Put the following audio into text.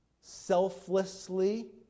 selflessly